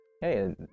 Hey